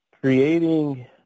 Creating